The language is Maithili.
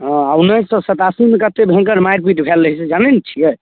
हँ उन्नीस सए सतासीमे कत्ते भयंकर मारि पीट भेल रहै से जानै नहि छियै